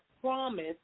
promise